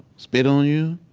spit on you,